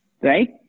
right